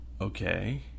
okay